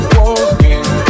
Walking